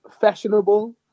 fashionable